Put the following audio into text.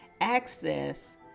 access